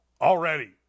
already